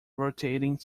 rotating